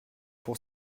pour